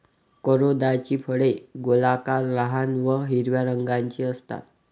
करोंदाची फळे गोलाकार, लहान व हिरव्या रंगाची असतात